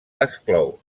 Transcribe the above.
exclou